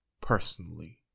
personally